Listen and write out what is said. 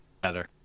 better